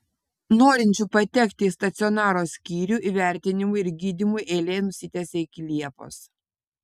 norinčių patekti į stacionaro skyrių įvertinimui ir gydymui eilė nusitęsė iki liepos